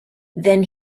then